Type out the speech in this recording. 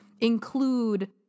include